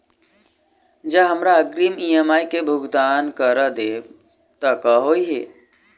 जँ हमरा अग्रिम ई.एम.आई केँ भुगतान करऽ देब तऽ कऽ होइ?